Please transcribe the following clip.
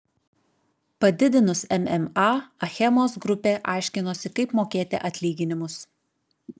padidinus mma achemos grupė aiškinosi kaip mokėti atlyginimus